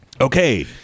Okay